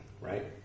right